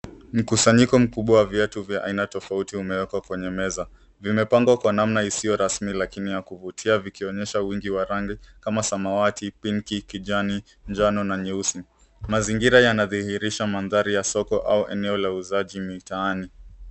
Mkusanyiko mkubwa wa viatu vya aina tofauti umewekwa kwenye meza. Vimepangwa kwa namna isiyo rasmi lakini ya kuvutia vikionyesha wingi wa rangi kama samawati, pinki, kijani, njano na nyeusi. Mazingira yanadhihirisha mandhari ya soko au eneo la uuzaji mitaani.